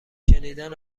شنیدن